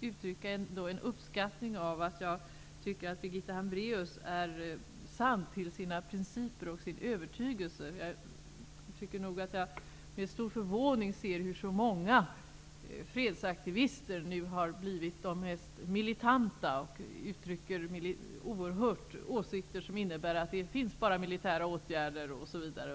uttrycka en uppskattning av att Birgitta Hambraeus är sann till sina principer och till sin övertygelse. Jag tycker att jag med stor förvåning ser hur så många fredsaktivister nu har blivit de mest militanta och uttrycker åsikter som innebär att det finns bara militära åtgärder, osv.